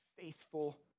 faithful